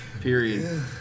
Period